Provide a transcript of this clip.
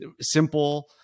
simple